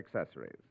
accessories